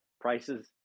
prices